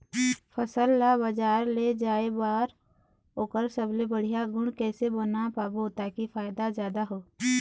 फसल ला बजार ले जाए बार ओकर सबले बढ़िया गुण कैसे बना पाबो ताकि फायदा जादा हो?